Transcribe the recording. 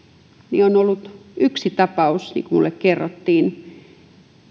on ollut yksi tapaus niin kuin minulle kerrottiin